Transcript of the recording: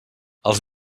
els